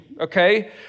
okay